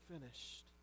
finished